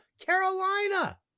Carolina